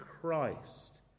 Christ